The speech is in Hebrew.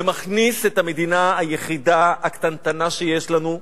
ומכניס את המדינה היחידה, הקטנטנה שיש לנו,